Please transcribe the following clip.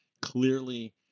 clearly